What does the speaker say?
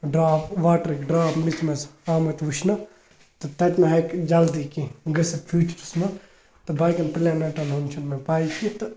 drop واٹرٕکۍ drop میٚژِ منٛز آمٕتۍ وُچھنہٕ تہٕ تَتہِ ما ہیٚکہِ جلدی کیٚنٛہہ گٔژھِتھ فیوٗچرَس منٛز تہٕ باقٕیَن پٕلینیٚٹَن ہُنٛد چھُنہٕ مےٚ پاے کیٚنٛہہ تہٕ